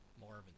Marvin